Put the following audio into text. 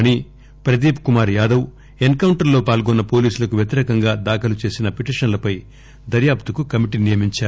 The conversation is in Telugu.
మణి ప్రదీప్ కుమార్ యాదవ్ ఎన్ కౌంటర్ లో పాల్గొన్ని పోలీసులకు వ్యతిరేకంగా దాఖలు చేసిన పిటీషన్లపై దర్భాపుకు కమిటీని నియమించారు